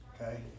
Okay